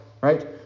right